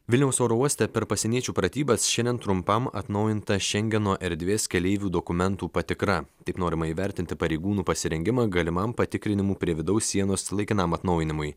vilniaus oro uoste per pasieniečių pratybas šiandien trumpam atnaujinta šengeno erdvės keleivių dokumentų patikra taip norima įvertinti pareigūnų pasirengimą galimam patikrinimų prie vidaus sienos laikinam atnaujinimui